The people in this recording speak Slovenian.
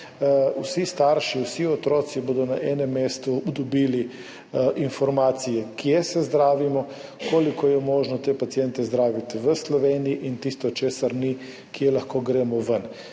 vsi starši, vsi otroci bodo na enem mestu dobili informacije, kje se zdravimo, koliko je možno te paciente zdraviti v Sloveniji in za tisto, česar ni, kam lahko gremo ven.